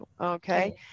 okay